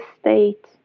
state